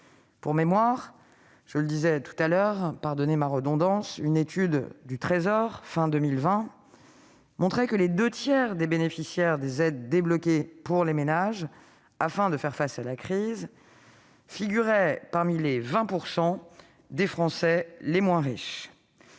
d'actualité au Gouvernement- pardonnez-moi cette redondance !-, une étude du Trésor de fin 2020 montrait que les deux tiers des bénéficiaires des aides débloquées pour les ménages afin de faire face à la crise figuraient parmi les 20 % des Français les moins riches.